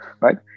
right